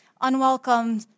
unwelcome